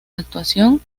actuación